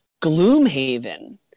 Gloomhaven